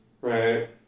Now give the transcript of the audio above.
Right